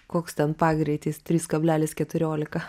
koks ten pagreitis trys keblelis keturiolika